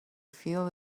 feel